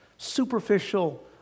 superficial